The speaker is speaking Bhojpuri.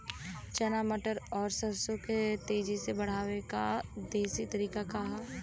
चना मटर और सरसों के तेजी से बढ़ने क देशी तरीका का ह?